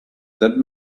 that